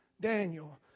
Daniel